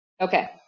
Okay